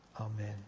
amen